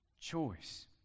choice